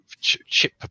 chip